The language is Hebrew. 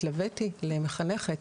התלוויתי למחנכת.